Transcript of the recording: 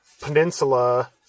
peninsula